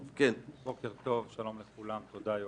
בוקר טוב, שלום לכולם, תודה יואב.